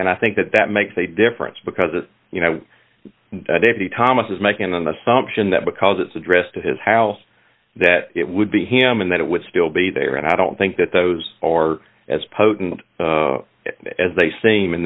and i think that that makes a difference because you know they have the thomas is making an assumption that because it's addressed to his house that it would be him and that it would still be there and i don't think that those are as potent as they seem in